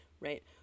right